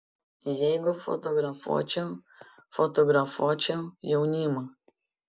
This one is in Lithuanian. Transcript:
jeigu fotografuočiau fotografuočiau jaunimą